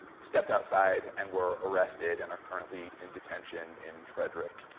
stepped outside and were arrested and are currently in detention in frederick.